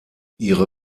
ihre